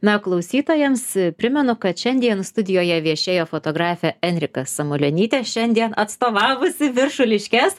na klausytojams primenu kad šiandien studijoje viešėjo fotografė enrika samulionytė šiandien atstovavusi viršuliškes